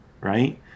right